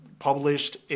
published